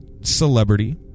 Celebrity